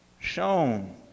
shown